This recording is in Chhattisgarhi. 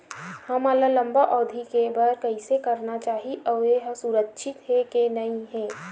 हमन ला लंबा अवधि के बर कइसे करना चाही अउ ये हा सुरक्षित हे के नई हे?